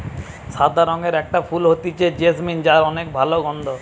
সাদা রঙের একটা ফুল হতিছে জেসমিন যার অনেক ভালা গন্ধ